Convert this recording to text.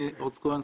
אני עוז כהן,